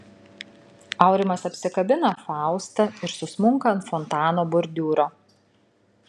aurimas apsikabina faustą ir susmunka ant fontano bordiūro